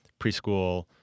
preschool